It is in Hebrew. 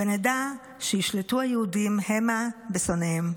ונדע ש"ישלטו היהודים המה בשֹׂנאיהם".